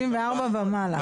64 ומעלה.